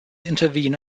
intervene